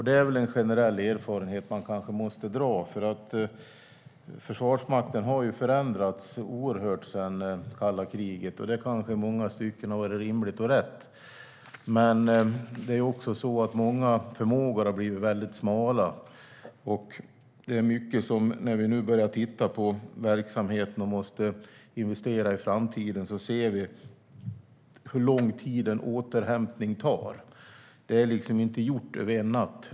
Det är en generell erfarenhet som man kanske måste göra. Försvarsmakten har förändrats oerhört sedan kalla kriget, och det kanske i många stycken har varit rimligt och rätt. Men det är också så att många förmågor har blivit väldigt smala, och när vi nu börjar titta på verksamheten och måste investera i framtiden ser vi hur lång tid en återhämtning tar. Det är liksom inte gjort över en natt.